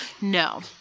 No